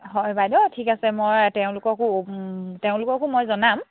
হয় বাইদেউ ঠিক আছে মই তেওঁলোককো তেওঁলোককো মই জনাম